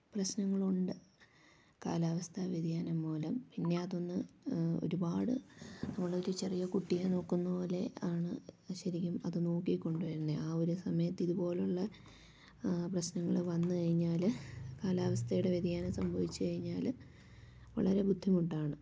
പ്രശ്നങ്ങളുണ്ട് കാലാവസ്ഥാ വ്യതിയാനം മൂലം പിന്നെ അതൊന്ന് ഒരുപാട് നമ്മൾ ഒരു ചെറിയ കുട്ടിയെ നോക്കുന്ന പോലെ ആണ് ശരിക്കും അത് നോക്കിക്കൊണ്ടു വരുന്നത് ആ ഒരു സമയത്ത് ഇതുപോലെയുള്ള പ്രശ്നങ്ങൾ വന്ന് കഴിഞ്ഞാൽ കാലാവസ്ഥയുടെ വ്യതിയാനം സംഭവിച്ച് കഴിഞ്ഞാൽ വളരെ ബുദ്ധിമുട്ടാണ്